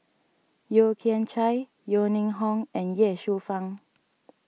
Yeo Kian Chai Yeo Ning Hong and Ye Shufang